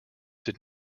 did